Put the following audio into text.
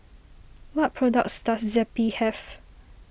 what products does Zappy have